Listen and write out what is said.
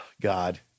God